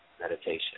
meditation